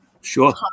Sure